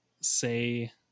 say